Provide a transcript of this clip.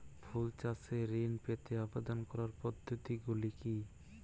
ফুল চাষে ঋণ পেতে আবেদন করার পদ্ধতিগুলি কী?